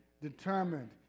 determined